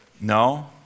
No